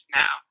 now